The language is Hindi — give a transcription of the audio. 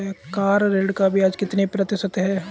कार ऋण पर ब्याज कितने प्रतिशत है?